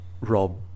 Rob